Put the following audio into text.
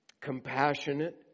compassionate